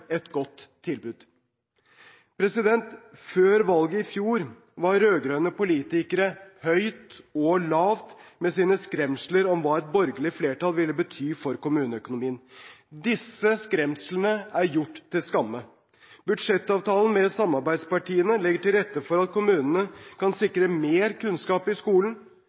et godt tilbud. Før valget i fjor var rød-grønne politikere høyt og lavt med sine skremsler om hva et borgerlig flertall ville bety for kommuneøkonomien. Disse skremslene er gjort til skamme. Budsjettavtalen med samarbeidspartiene legger til rette for at kommunene kan sikre mer kunnskap i skolen,